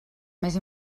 més